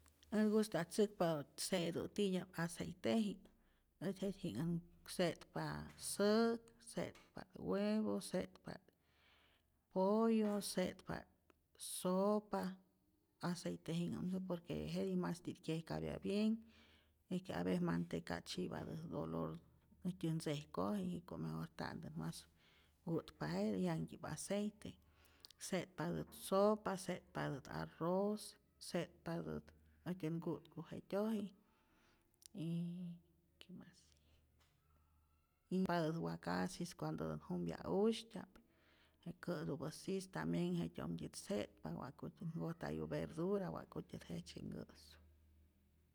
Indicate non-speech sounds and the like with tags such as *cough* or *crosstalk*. Äj gustatzäkpat wa'k setu titya'p aceiteji'k, ät jetyji'knhät se'tpa't säk, se'tpa't huevo, se'tpa't pollo, se'tpa't sopa, aceiteji'knhätumä por que jetij masti't kyejkapya bienh, es que avece manteca' tzyi'patät dolor äjtyä ntzejkoji, jiko' mejor nta'ntä mas nku'tpa jete 'yanhtyip aceite, se'tpatät sopa, se'tpatät arroz, se'tpatät äjtyä nku'tku jetyoji'k y que mas *hesitation* wakasis cuandotät jumpya usytya'p, kä'tupä sis tambien jetyojmtyät se'tpa wakutyät nkojtayu verdura, wa'kutyät jejtzye nkä'su.